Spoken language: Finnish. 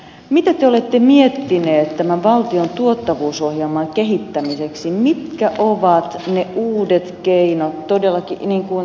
mitä te olette miettineet tämän valtion tuottavuusohjelman kehittämiseksi mitkä ovat ne uudet keinot todellakin niin kuin